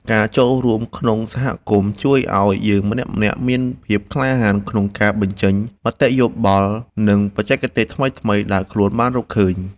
ការចូលរួមក្នុងសហគមន៍ជួយឱ្យយើងម្នាក់ៗមានភាពក្លាហានក្នុងការបញ្ចេញមតិយោបល់ និង បច្ចេកទេសថ្មីៗដែលខ្លួនបានរកឃើញ។